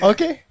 Okay